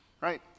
right